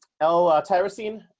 L-tyrosine